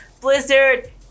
Blizzard